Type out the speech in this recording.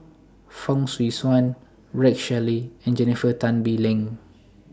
Fong Swee Suan Rex Shelley and Jennifer Tan Bee Leng